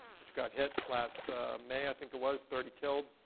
which got hit last may, i think it was. thirty killed.